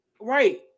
Right